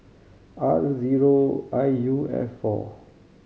R zero I U F four